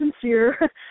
sincere